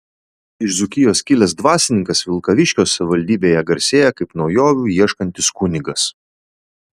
iš dzūkijos kilęs dvasininkas vilkaviškio savivaldybėje garsėja kaip naujovių ieškantis kunigas